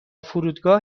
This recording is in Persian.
فرودگاه